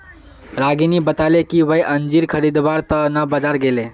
रागिनी बताले कि वई अंजीर खरीदवार त न बाजार गेले